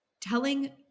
telling